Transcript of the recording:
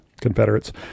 Confederates